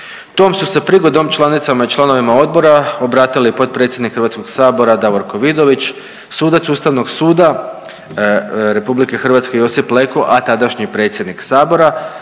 Tom su se prigodom članicama i članovima odbora obratili potpredsjednik Hrvatskog sabora Davorko Vidović, sudac Ustavnog suda RH Josip Leko, a tadašnji predsjednik sabora,